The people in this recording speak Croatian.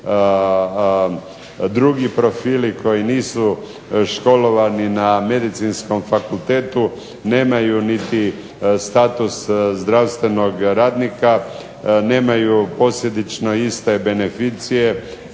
drugi profili koji nisu školovani na medicinskom fakultetu nemaju niti status zdravstvenog radnika, nemaju posljedično iste beneficije